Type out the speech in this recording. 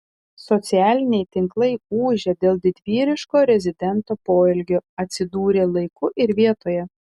socialiniai tinklai ūžia dėl didvyriško rezidento poelgio atsidūrė laiku ir vietoje